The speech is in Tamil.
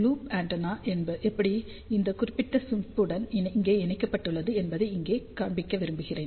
லூப் ஆண்டெனா எப்படி இந்த குறிப்பிட்ட சிப்புடன் இங்கே இணைக்கப்பட்டுள்ளது என்பதை இங்கே காண்பிக்க விரும்புகிறேன்